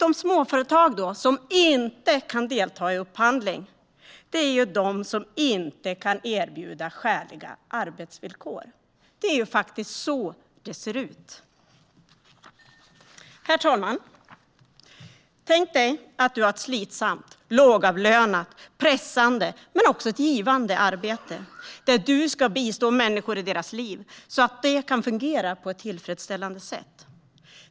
De småföretag som inte kan delta i upphandling är de som inte kan erbjuda skäliga arbetsvillkor. Det är faktiskt så det ser ut. Herr talman! Tänk dig att du har ett slitsamt, lågavlönat, pressande men också givande arbete där du ska bistå människor i deras liv så att det kan fungera på ett tillfredsställande sätt.